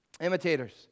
imitators